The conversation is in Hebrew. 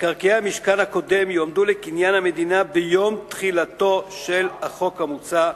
מקרקעי המשכן הקודם יועמדו לקניין המדינה ביום תחילתו של החוק המוצע,